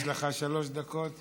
יש לך שלוש דקות.